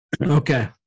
Okay